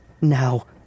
Now